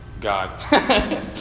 God